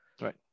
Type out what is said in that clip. right